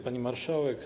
Pani Marszałek!